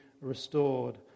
restored